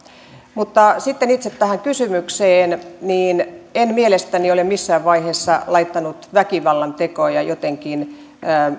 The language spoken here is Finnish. mutta sitten itse tähän kysymykseen en mielestäni ole missään vaiheessa laittanut väkivallantekoja jotenkin